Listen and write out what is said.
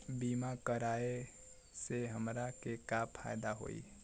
बीमा कराए से हमरा के का फायदा होई?